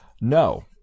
No